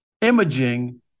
imaging